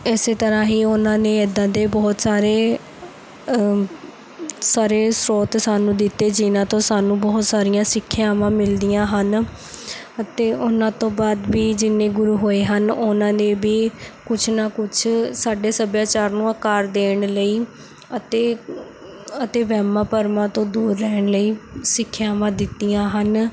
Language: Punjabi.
ਇਸ ਤਰ੍ਹਾਂ ਹੀ ਉਹਨਾਂ ਨੇ ਇੱਦਾਂ ਦੇ ਬਹੁਤ ਸਾਰੇ ਸਾਰੇ ਸ੍ਰੋਤ ਸਾਨੂੰ ਦਿੱਤੇ ਜਿਨ੍ਹਾਂ ਤੋਂ ਸਾਨੂੰ ਬਹੁਤ ਸਾਰੀਆਂ ਸਿੱਖਿਆਵਾਂ ਮਿਲਦੀਆਂ ਹਨ ਅਤੇ ਉਹਨਾਂ ਤੋਂ ਬਾਅਦ ਵੀ ਜਿੰਨੇ ਗੁਰੂ ਹੋਏ ਹਨ ਉਹਨਾਂ ਨੇ ਵੀ ਕੁਛ ਨਾ ਕੁਛ ਸਾਡੇ ਸੱਭਿਆਚਾਰ ਨੂੰ ਆਕਾਰ ਦੇਣ ਲਈ ਅਤੇ ਅਤੇ ਵਹਿਮਾਂ ਭਰਮਾਂ ਤੋਂ ਦੂਰ ਰਹਿਣ ਲਈ ਸਿੱਖਿਆਵਾਂ ਦਿੱਤੀਆਂ ਹਨ